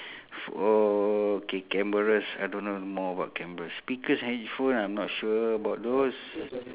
for okay cameras I don't know more about cameras speakers and headphone I'm not sure about those